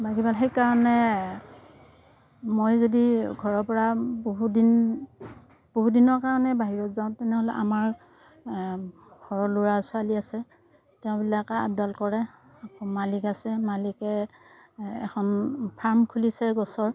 সেই কাৰণে মই যদি ঘৰৰ পৰা বহুত দিন বহুত দিনৰ কাৰণে বাহিৰত যাওঁ তেনেহ'লে আমাৰ ঘৰৰ ল'ৰা ছোৱালী আছে তেওঁবিলাকে আপডাল কৰে মালিক আছে মালিকে এখন ফাৰ্ম খুলিছে গছৰ